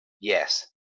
yes